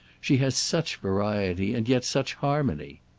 she has such variety and yet such harmony.